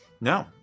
no